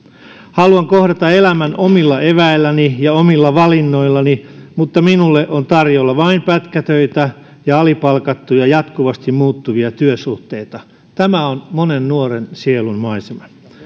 haluan kohdata elämän omilla eväilläni ja omilla valinnoillani mutta minulle on tarjolla vain pätkätöitä ja alipalkattuja jatkuvasti muuttuvia työsuhteita tämä on monen nuoren sielunmaisema